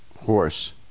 horse